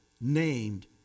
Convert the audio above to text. named